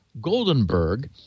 goldenberg